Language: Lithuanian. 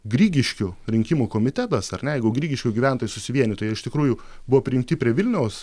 grigiškių rinkimų komitetas ar ne jeigu grigiškių gyventojai susivienytų jie iš tikrųjų buvo prijungti prie vilniaus